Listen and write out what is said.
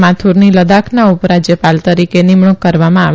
માથુરની લદ્દાખના ઉપરાજ્યપાલ તરીકે નિમણૂંક કરવામાં આવી